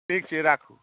ठीक छै राखू